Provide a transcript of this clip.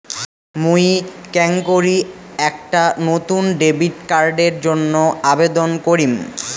মুই কেঙকরি একটা নতুন ডেবিট কার্ডের জন্য আবেদন করিম?